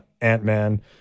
Ant-Man